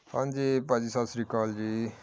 ਹਾਂਜੀ ਭਾਅ ਜੀ ਸਤਿ ਸ਼੍ਰੀ ਅਕਾਲ ਜੀ